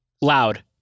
Loud